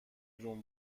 روم